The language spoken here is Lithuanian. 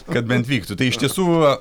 kad bent vyktų tai iš tiesų